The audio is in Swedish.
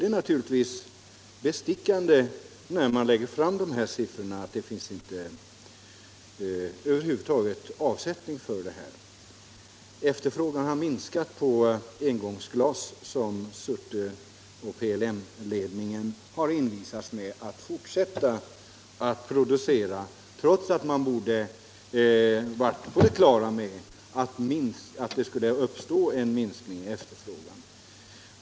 Det är naturligtvis då bestickande att med siffror visa att det över huvud taget inte går att finna avsättning för dessa produkter. Efterfrågan har minskat på engångsglas, som Surte och PLM-ledningen envisats med att fortsätta att producera trots att man borde varit på det klara med att det skulle uppstå en minskning i efterfrågan.